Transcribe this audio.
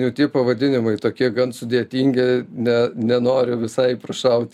jau tie pavadinimai tokie gan sudėtingi ne nenoriu visai prašaut